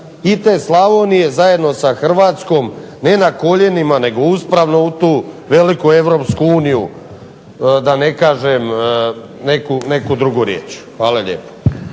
i te Slavonije zajedno sa Hrvatskom, ne na koljenima nego uspravno u tu veliko Europsku uniju, da ne kažem neku drugu riječ. **Šeks,